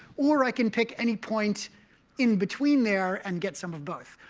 or i can pick any point in between there and get some of both.